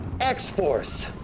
X-Force